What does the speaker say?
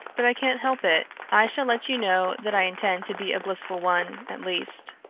but i can't help it. i shall let you know that i intend to be a blissful one, at least.